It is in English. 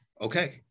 okay